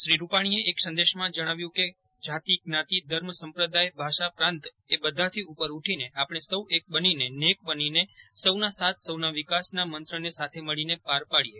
શ્રી રૂપાજ્ઞીએ એક સંદેશમા જજ્ઞાવ્યું કે જાતિ જ્ઞાતિ ધર્મ સંપ્રદાય ભાષા પ્રાંત એ બધાથી ઉપર ઉઠીને આપછે સૌ એક બનીને નેક બનીને સૌના સાથ સૌના વિકાસના મંત્રને સાથે મળીને પાર પાડીએ